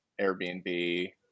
Airbnb